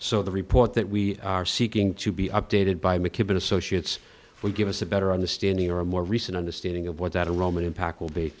so the report that we are seeking to be updated by mckibben associates will give us a better understanding or a more recent understanding of what that a roman impact will be